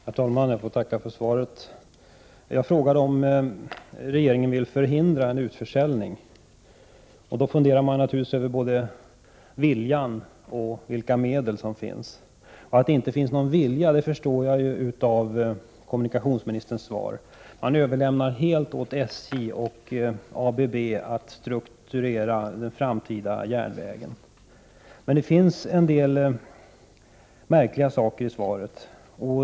Herr talman! Jag får tacka för svaret. Min fråga gällde om regeringen vill förhindra en utförsäljning. Man funderar naturligtvis över både viljan och vilka medel som finns. Att det inte finns någon vilja förstår jag av kommunikationsministerns svar. Han överlämnar helt till SJ och ABB att strukturera den framtida järnvägen. Det finns dock en hel del märkliga punkter i svaret.